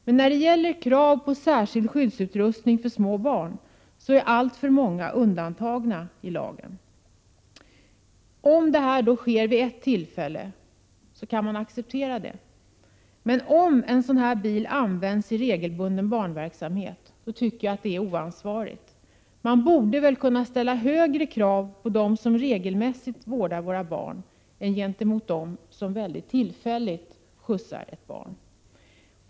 Men när det gäller krav på särskild skyddsutrustning för små barn, så är alltför många undantagna i lagen. Om barn vid ett enstaka tillfälle sitter oskyddade, så kan man acceptera det. Men om det gäller en bil som t.ex. används i regelbunden verksamhet för barn, då tycker jag att det är oansvarigt. Man borde väl kunna ställa högre krav på dem som regelmässigt vårdar våra barn än på dem som tillfälligt skjutsar ett barn.